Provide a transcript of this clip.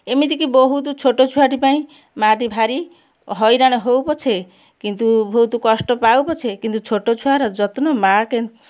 ଏମିତିକି ବହୁତ ଛୋଟଛୁଆଟି ପାଇଁ ମାଆଟି ଭାରି ହଇରାଣ ହଉ ପଛେ କିନ୍ତୁ ବହୁତ କଷ୍ଟ ପାଉ ପଛେ କିନ୍ତୁ ଛୋଟଛୁଆର ଯତ୍ନ ମାଆ